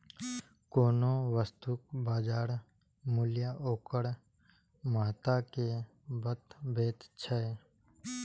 कोनो वस्तुक बाजार मूल्य ओकर महत्ता कें बतबैत छै